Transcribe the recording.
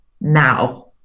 now